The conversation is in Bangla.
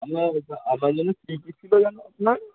আপনার আপনার যেন কি কি ছিলো যেন আপনার